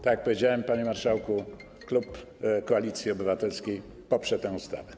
Tak jak powiedziałem, panie marszałku, klub Koalicji Obywatelskiej poprze tę ustawę.